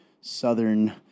southern